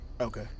Okay